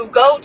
go